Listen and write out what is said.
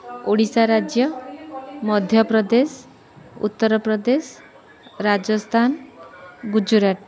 ଓଡ଼ିଶା ରାଜ୍ୟ ମଧ୍ୟପ୍ରଦେଶ ଉତ୍ତରପ୍ରଦେଶ ରାଜସ୍ଥାନ ଗୁଜୁରାଟ